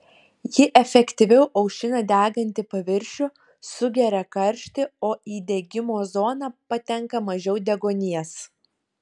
ji efektyviau aušina degantį paviršių sugeria karštį o į degimo zoną patenka mažiau deguonies